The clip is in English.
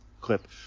clip